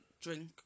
drink